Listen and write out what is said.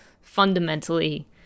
fundamentally